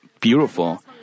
Beautiful